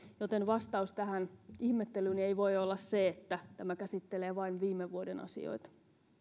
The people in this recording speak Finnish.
joten vastaus tähän ihmettelyyni ei voi olla se että tämä käsittelee vain viime vuoden asioita